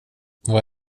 vad